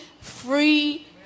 free